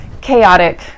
chaotic